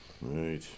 Right